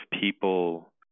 people